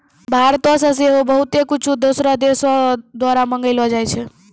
भारतो से सेहो बहुते कुछु दोसरो देशो द्वारा मंगैलो जाय छै